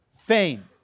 fame